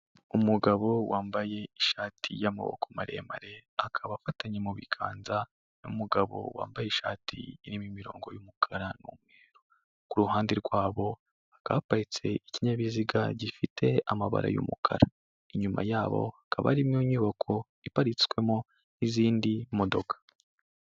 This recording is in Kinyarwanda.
Umugabo wambaye ishati y'amaboko maremare, akaba afatanye mu biganza n'umugabo wambaye ishati irimo imirongo y'umukara n'umweru, ku ruhande rwabo hakaba haparitse ikinyabiziga gifite amabara y'umukara. Inyuma yabo hakaba harimo inyubako iparitswemo n'izindi modoka.